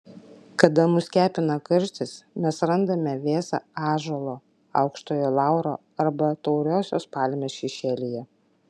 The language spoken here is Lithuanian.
kada mus kepina karštis mes randame vėsą ąžuolo aukštojo lauro arba tauriosios palmės šešėlyje